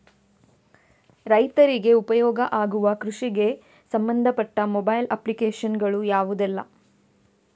ರೈತರಿಗೆ ಉಪಯೋಗ ಆಗುವ ಕೃಷಿಗೆ ಸಂಬಂಧಪಟ್ಟ ಮೊಬೈಲ್ ಅಪ್ಲಿಕೇಶನ್ ಗಳು ಯಾವುದೆಲ್ಲ?